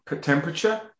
temperature